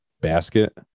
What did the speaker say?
basket